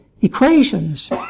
equations